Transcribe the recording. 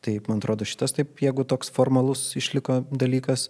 taip man atrodo šitas taip jeigu toks formalus išliko dalykas